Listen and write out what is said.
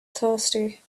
thirsty